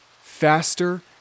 Faster